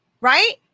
right